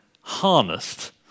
harnessed